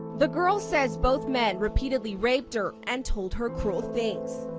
the girl says both men repeatedly raped her and told her cruel things.